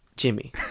Jimmy